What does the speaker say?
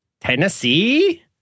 Tennessee